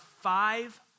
five